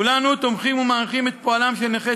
כולנו תומכים ומעריכים את פועלם של נכי